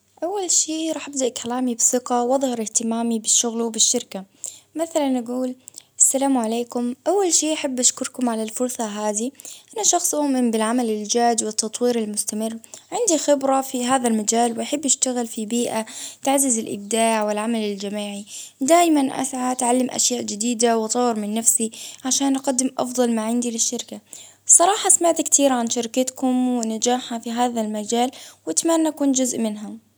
أول شي راح إبدأ كلامي بثقة وأظهر إهتمامي بالشغل وبالشركة، مثلا أقول السلام عليكم أول شي أحب أشكركم على الفرصة هذي، بالعمل الجاد والتطوير المستمر، عندي خبرة في هذا المجال، بحب يشتغل في بيئة تعزز الإبداع والعمل الجماعي، دايما تعلم أشياء جديدة وأطور من نفسي عشان أقدم أفضل ما عندي للشركة، صراحة سمعت كتير عن شركتكم ونجاحها في هذا المجال، وأتمنى ،كون جزء منها.